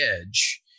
edge